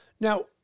now